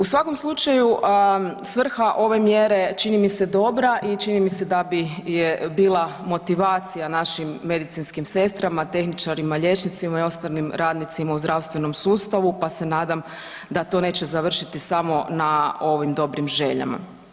U svakom slučaju svrha ove mjere čini mi se dobra i čini mi se da bi bila motivacija našim medicinskim sestrama, tehničarima, liječnicima i ostalim radnicima u zdravstvenom sustavu pa se nadam da to neće završiti samo na ovim dobrim željama.